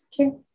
Okay